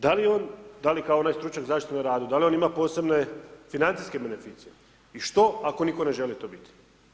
Da li kao onaj stručnjak zaštite na radu, da li on ima posebne financijske beneficije i što ako nitko ne želi to bit?